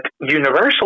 universal